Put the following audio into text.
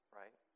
right